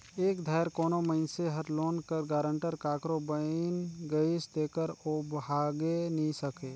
एक धाएर कोनो मइनसे हर लोन कर गारंटर काकरो बइन गइस तेकर ओ भागे नी सके